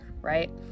right